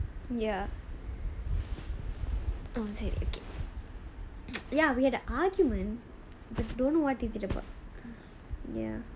ya I was like okay we had an argument but I don't know what is it about ya